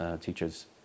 teachers